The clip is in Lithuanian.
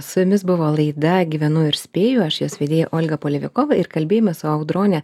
su jumis buvo laida gyvenu ir spėju aš jos vedėja olga polevikova ir kalbėjomės su audrone